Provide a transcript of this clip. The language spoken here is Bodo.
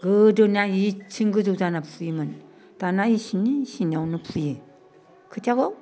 गोदोना बेसिम गोजौ जाना फुयोमोन दाना इसिनि इसिनियावनो फुयो खोथियाखौ